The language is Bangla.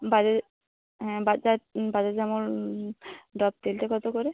বাজা হ্যাঁ বাজাজ বাজাজ আমন্ড ড্রপ তেলটা কতো করে